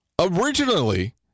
Originally